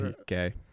Okay